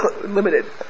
limited